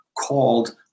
called